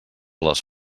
les